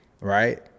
right